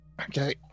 okay